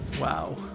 Wow